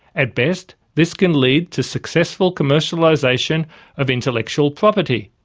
at best this can lead to successful commercialisation of intellectual property,